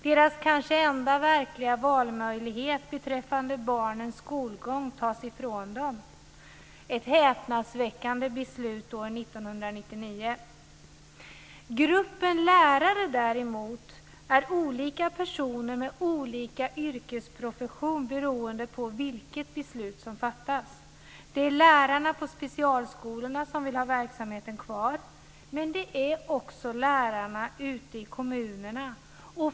Deras kanske enda verkliga valmöjlighet beträffande barnens skolgång tas ifrån dem - ett häpnadsväckande beslut år 1999. Gruppen lärare däremot består av olika personer med olika yrkesprofession beroende på vilket beslut som fattas. Det är lärarna på specialskolorna som vill ha kvar verksamheten och det gäller också lärarna ute i kommunerna.